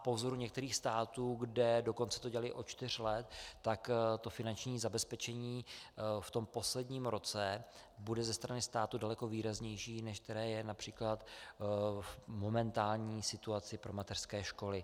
Po vzoru některých států, kde dokonce to dělaly od čtyř let, finanční zabezpečení v posledním roce bude ze strany státu daleko výraznější, než které je například v momentální situaci pro mateřské školy.